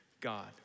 God